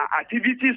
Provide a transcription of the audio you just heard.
activities